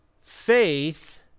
faith